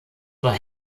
war